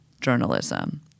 journalism